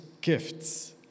gifts